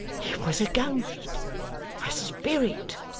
was a ghost a spirit